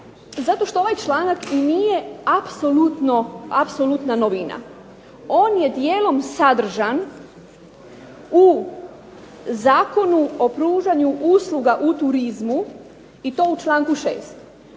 Zato što ovaj članak nije apsolutna novina, on je dijelom sadržan u Zakonu o pružanju usluga u turizmu u članku 6.